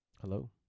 Hello